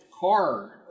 car